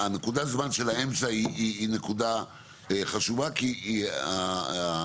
נקודת הזמן של האמצע היא נקודה חשובה כי היא האמצע,